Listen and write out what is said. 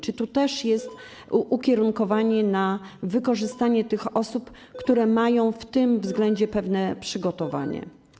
Czy tu też jest ukierunkowanie na wykorzystanie osób, które mają w tym względzie pewne przygotowanie?